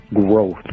growth